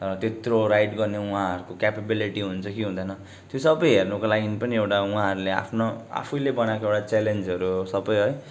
र त्यत्रो राइड गर्ने उहाँहरूको क्यापेबिलिटी हुन्छ कि हुँदैन त्यो सबै हेर्नुको लागि पनि एउटा उहाँहरूले आफ्नो आफूले बनाएको एउटा च्यालेन्जहरू सबै है